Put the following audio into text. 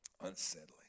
unsettling